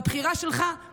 בבחירה שלך,